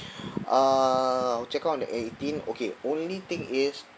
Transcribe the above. uh I'll check out on the eighteen okay only thing is